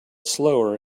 slower